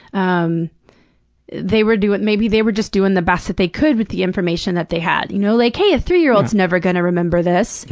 um they were doing maybe they were just doing the best that they could with the information that they had. you know like, hey, a three-year-old's never gonna remember this.